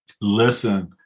listen